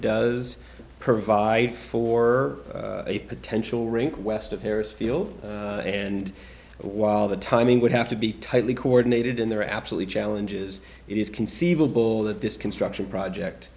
does provide for a potential rink west of paris feel and while the timing would have to be tightly coordinated and they're absolutely challenges it is conceivable that this construction project